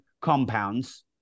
compounds